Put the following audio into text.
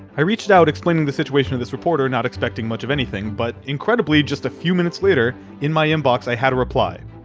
i reached out, explaining the situation of this reporter, not expecting much of anything, but incredibly, just a few minutes later, in my inbox i had a reply.